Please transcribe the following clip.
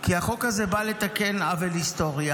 כי החוק הזה בא לתקן עוול היסטורי.